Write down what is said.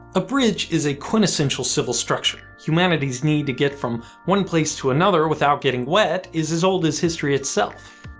a bridge is a quintessential civil structure. humanity's need to get from one place to another without getting wet is as old as history itself.